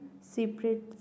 separate